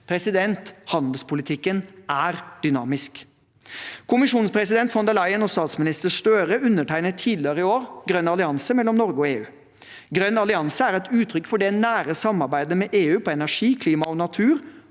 finnes. Handelspolitikken er dynamisk. Kommisjonspresident von der Leyen og statsminister Støre undertegnet tidligere i år en grønn allianse mellom Norge og EU. Grønn allianse et uttrykk for det nære samarbeidet med EU innenfor energi, klima og natur